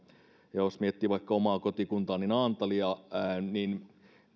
jos miettii vaikka omaa kotikuntaani naantalia niin